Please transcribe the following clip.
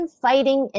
fighting